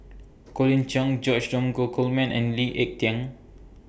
Colin Cheong George Dromgold Coleman and Lee Ek Tieng